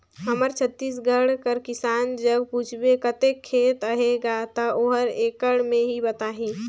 हमर छत्तीसगढ़ कर किसान जग पूछबे कतेक खेत अहे गा, ता ओहर एकड़ में ही बताही